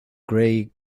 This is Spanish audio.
gray